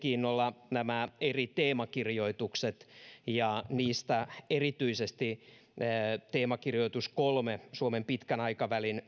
erityisesti luin mielenkiinnolla nämä eri teemakirjoitukset ja niistä erityisesti teemakirjoitus kolmen suomen pitkän aikavälin